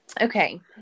Okay